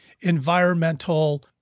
environmental